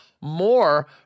more